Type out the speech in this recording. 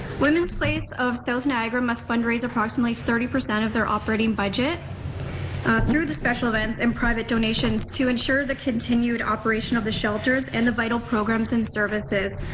women's place of south niagara must fundraise approximately thirty percent of their operating budget through the special events and private donations to ensure the continued operation of the shelters and the vital programs and services.